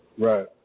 right